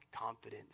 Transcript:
confidence